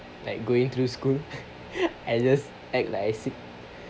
like going through school I just act like I sick